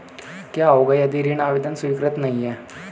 क्या होगा यदि ऋण आवेदन स्वीकृत नहीं है?